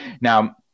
Now